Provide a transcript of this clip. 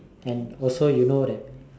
and also you know that